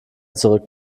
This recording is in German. zurück